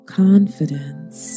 confidence